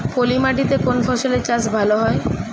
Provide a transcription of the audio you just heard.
পলি মাটিতে কোন ফসলের চাষ ভালো হয়?